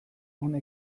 hona